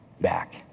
back